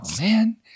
man